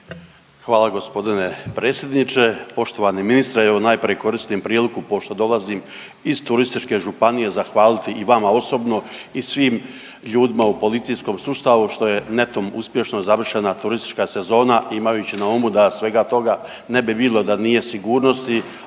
Hvala gospodine predsjedniče. Poštovani ministre evo najprije koristim priliku pošto dolazim iz turističke županije zahvaliti i vama osobno i svim ljudima u policijskom sustavu što je netom uspješno završena turistička sezona imajući na umu da svega toga ne bilo da nije sigurnosti,